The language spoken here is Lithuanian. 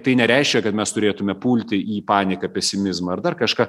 tai nereiškia kad mes turėtumėme pulti į paniką pesimizmą ar dar kažką